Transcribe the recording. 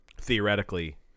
theoretically